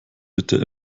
bitte